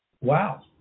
wow